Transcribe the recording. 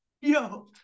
Yo